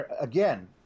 Again